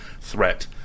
threat